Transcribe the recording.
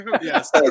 yes